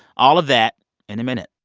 all of that in a minute